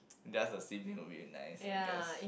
there's a sibling will be a nice I guess